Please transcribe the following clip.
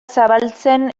zabaltzen